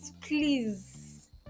please